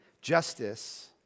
justice